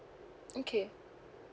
okay